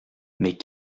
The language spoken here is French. mais